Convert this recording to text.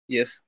Yes